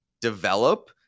develop